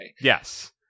Yes